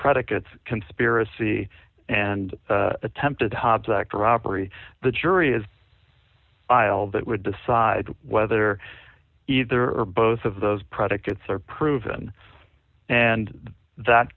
predicates conspiracy and attempted hobbs act robbery the jury is file that would decide whether either or both of those predicates are proven and that